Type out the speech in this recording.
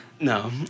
No